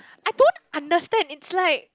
I don't understand it's like